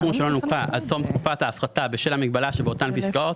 סכום שלא נוכה עד תום תקופת ההפחתה בשל המגבלה שבאותן פסקאות,